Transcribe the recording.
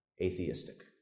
atheistic